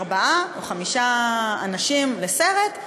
ארבעה או חמישה אנשים לסרט,